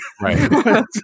Right